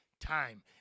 time